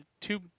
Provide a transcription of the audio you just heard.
two